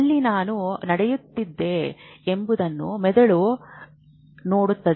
ಅಲ್ಲಿ ಏನು ನಡೆಯುತ್ತಿದೆ ಎಂಬುದನ್ನು ಮೆದುಳು ನೋಡುತ್ತದೆ